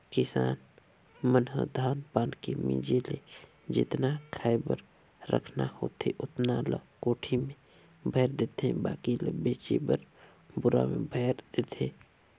किसान मन ह धान पान के मिंजे ले जेतना खाय बर रखना होथे ओतना ल कोठी में भयर देथे बाकी ल बेचे बर बोरा में भयर देथे